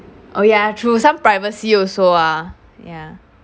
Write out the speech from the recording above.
oh ya true some privacy also ah ya